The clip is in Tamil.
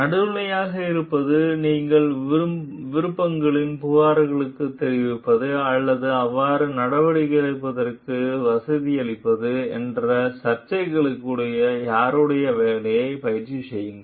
நடுநிலையாக இருப்பதும் நீங்கள் விருப்பங்களின் புகார்களுக்குத் தெரிவிப்பது அல்லது அவ்வாறு நடவடிக்கை எடுப்பதற்கு வசதியளிப்பது என்ற சர்ச்சைகளுக்கும் யாருடைய வேலை பயிற்சி செய்யுங்கள்